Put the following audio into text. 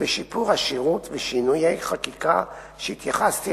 ושיפור השירות ושינויי חקיקה שהתייחסתי